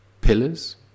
pillars